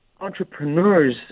Entrepreneurs